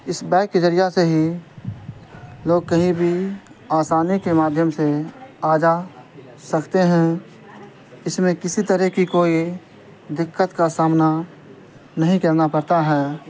اس bike کے ذریعہ سے ہی لوگ کہیں بھی آسانی کے مادھیم سے آ جا سکتے ہیں اس میں کسی طرح کی کوئی دقت کا سامنا نہیں کرنا پڑتا ہے